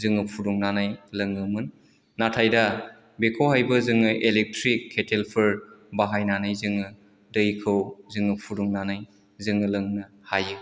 जोङो फुदुंनानै लोङोमोन नाथाय दा बेखौहायबो जोङो एलेकट्रिक केटेलफोर बाहायनानै जोङो दैखौ जोङो फुदुंनानै जोङो लोंनो हायो